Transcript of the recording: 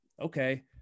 okay